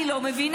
אני לא מבינה.